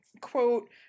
quote